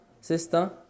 sister